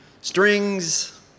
strings